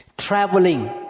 Traveling